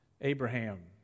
Abraham